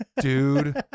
dude